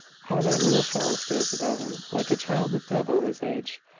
how that little fellow stares about him, like a child of double his age!